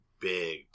big